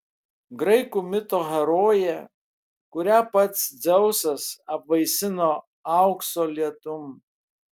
graikų mito herojė kurią pats dzeusas apvaisino aukso lietum